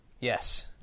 Yes